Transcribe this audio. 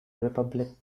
republic